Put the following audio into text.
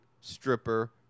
stripper